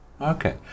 Okay